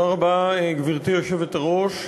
גברתי היושבת-ראש,